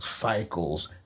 cycles